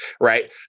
right